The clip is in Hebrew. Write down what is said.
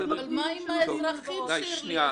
מה עם האזרחים, שירלי?